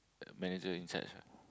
manager in charge what